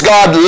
God